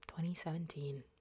2017